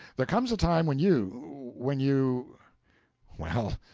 there comes a time when you when you well,